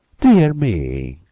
dear me!